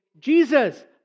Jesus